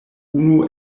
unu